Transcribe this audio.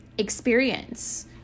experience